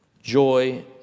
joy